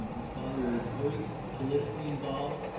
his father is very politically involved